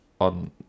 on